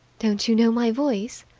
don't you know my voice?